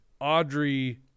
Audrey